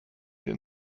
den